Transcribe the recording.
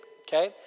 okay